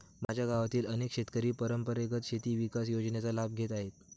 माझ्या गावातील अनेक शेतकरी परंपरेगत कृषी विकास योजनेचा लाभ घेत आहेत